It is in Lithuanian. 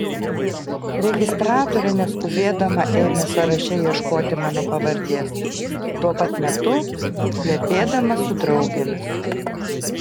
registratorė neskubėdama ėmė sąraše ieškoti mano pavardės tuo pat metu plepėdama su draugėmis